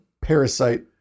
parasite